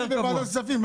--- בוועדת הכספים.